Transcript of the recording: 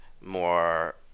more